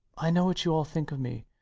i know what you all think of me.